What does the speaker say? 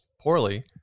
poorly